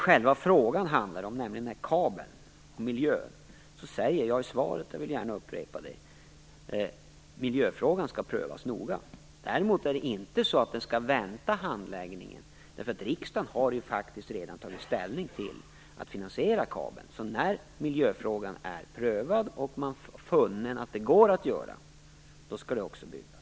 Själva frågan handlar om kabeln och miljön. Där säger jag i svaret, och det vill jag gärna upprepa: Miljöfrågan skall prövas noga. Däremot skall handläggningen inte vänta. Riksdagen har faktiskt redan tagit ställning till att finansiera kabeln. När miljöfrågan är prövad och man funnit att det går att genomföra skall det också byggas.